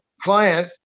client